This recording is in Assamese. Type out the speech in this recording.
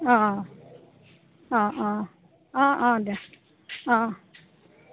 অঁ অঁ অঁ অঁ অঁ অঁ দে অঁ